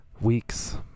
weeks